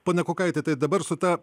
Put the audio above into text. pone kukaiti tai dabar su ta